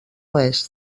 oest